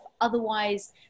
Otherwise